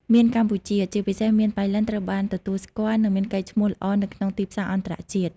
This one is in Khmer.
មៀនកម្ពុជា ជាពិសេស មៀនប៉ៃលិន ត្រូវបានទទួលស្គាល់ និងមានកេរ្តិ៍ឈ្មោះល្អនៅក្នុងទីផ្សារអន្តរជាតិ។